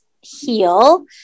heal